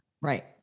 Right